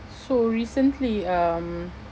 so recently um